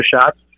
shots